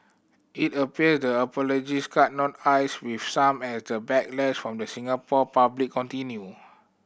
it appear the apologies cut no ice with some as the backlash from the Singapore public continued